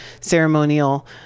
ceremonial